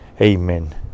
Amen